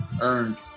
earned